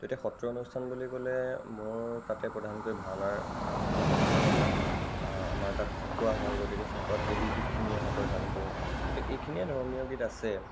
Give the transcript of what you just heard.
তেতিয়া সত্ৰীয়া অনুস্থান বুলি ক'লে মোৰ তাতে প্ৰধানকৈ ভাওনাৰ গীতখিনি আহে আমাৰ তাত ফাকুৱা হয় গতিকে ফাকুৱাত হ'লী গীতখিনি আহে প্ৰধানকৈ গতিকে এইখিনিয়ে ধৰ্মীয় গীত আছে